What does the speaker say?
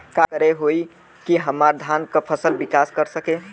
का करे होई की हमार धान के फसल विकास कर सके?